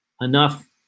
enough